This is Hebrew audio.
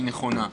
היא נכונה.